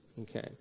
Okay